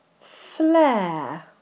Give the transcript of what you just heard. flare